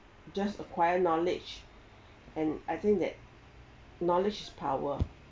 just acquire knowledge and I think that knowledge is power